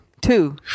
Two